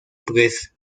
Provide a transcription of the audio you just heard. press